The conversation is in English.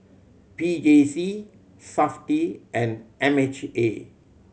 P J C Safti and M H A